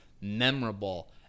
memorable